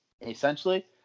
essentially